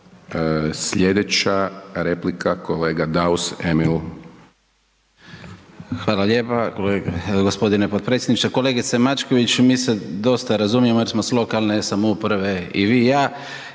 Slijedeća replika kolega Daus Emil. **Daus, Emil (IDS)** Hvala lijepa g. potpredsjedniče. Kolegice Mačković, mi se dosta razumijemo jer smo s lokalne samouprave i vi i ja